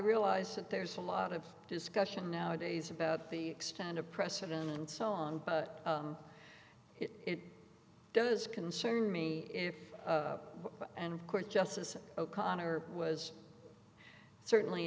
realize that there's a lot of discussion nowadays about the extent of precedent and so on but it does concern me if and court justice o'connor was certainly